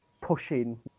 pushing